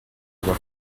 aber